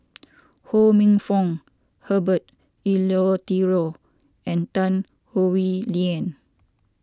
Ho Minfong Herbert Eleuterio and Tan Howe Liang